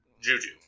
Juju